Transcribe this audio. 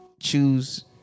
choose